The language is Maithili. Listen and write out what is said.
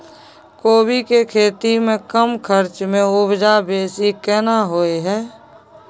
कोबी के खेती में कम खर्च में उपजा बेसी केना होय है?